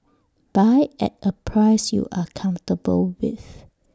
buy at A price you are comfortable with